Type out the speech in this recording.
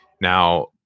Now